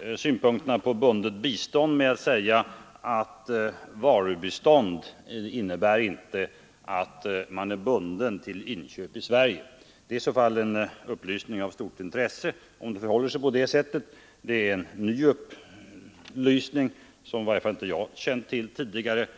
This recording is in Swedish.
mina synpunkter på bundet bistånd med att säga att varubistånd innebär inte att mottagaren är bunden till inköp i Sverige. Det är en upplysning av stort intresse. Om det förhåller sig på det sättet, så är det en nyhet, i varje fall något som inte jag känt till tidigare.